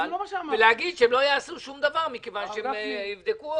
ולהגיד שהם לא יעשו שום דבר מכיוון שהם יבדקו הכול.